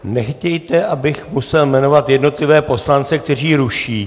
Nechtějte, abych musel jmenovat jednotlivé poslance, kteří ruší.